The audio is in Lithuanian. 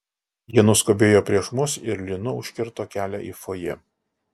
jie nuskubėjo prieš mus ir lynu užkirto kelią į fojė